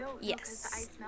yes